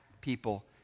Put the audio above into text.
People